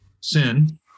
sin